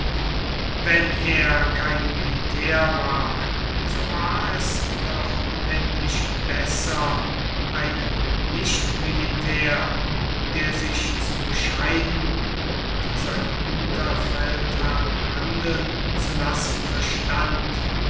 wenn er kein militär war so war es doch unendlich besser einen nichtmilitär der sich zu bescheiden und seine unterfeldherrn handeln zu lassen verstand